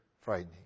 frightening